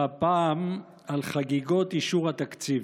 והפעם, על חגיגות אישור התקציב.